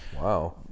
wow